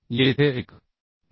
येथे 1